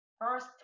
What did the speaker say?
first